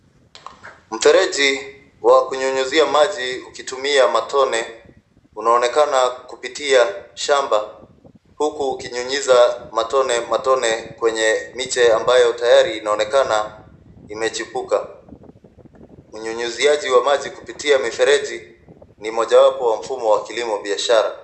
Mfereji wa kunyunyuzia maje ukitumia matone unaonekana kupitia kwenye shamba huku ukinyunyiza matone matone kwenye miche ambayo tayari inaonekana imechipuka. Unyunyiziaji wa maji kupitia mifereji ni mojawapo wa mfumo wa kilimo wa biashara.